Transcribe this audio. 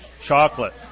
Chocolate